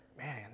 man